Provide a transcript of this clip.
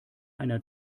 einer